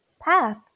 path